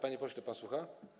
Panie pośle, pan słucha?